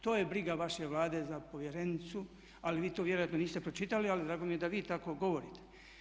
To je briga vaše Vlade za povjerenicu ali vi to vjerojatno niste pročitali ali drago mi je da vi tako govorite.